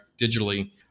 digitally